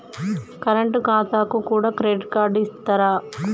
Current ఖాతాకు కూడా credit card ఇత్తరా?